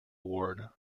award